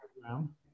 program